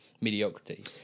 mediocrity